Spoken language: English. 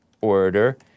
Order